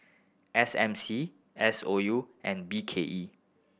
S M C S O U and B K E